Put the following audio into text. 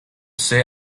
say